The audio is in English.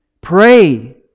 pray